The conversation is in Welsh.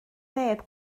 neb